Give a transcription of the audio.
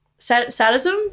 sadism